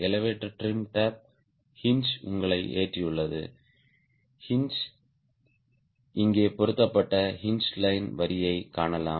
elevator trim tape hinge உங்களை ஏற்றியுள்ளது hinge இங்கே பொருத்தப்பட்ட ஹின்ஜ் லைன் வரியைக் காணலாம்